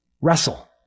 wrestle